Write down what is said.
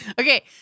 Okay